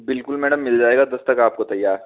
बिलकुल मैडम मिल जाएगा दस तक आपको तैयार